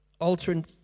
altering